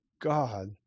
god